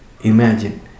imagine